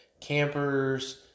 Campers